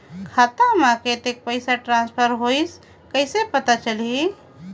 खाता म कतेक पइसा ट्रांसफर होईस कइसे पता चलही?